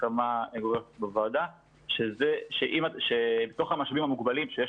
הסכמה גורפת בוועדה שבתוך המשאבים המוגבלים שיש